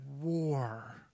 war